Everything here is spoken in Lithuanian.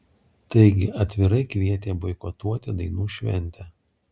taigi atvirai kvietė boikotuoti dainų šventę